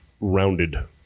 rounded